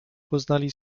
poznali